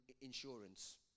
insurance